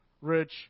Rich